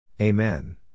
Amen